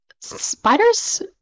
spiders